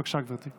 בבקשה, גברתי.